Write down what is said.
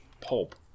pulp